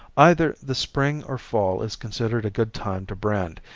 either the spring or fall is considered a good time to brand,